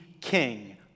king